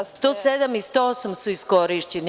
Čl. 107. i 108. su iskorišćeni.